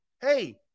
Hey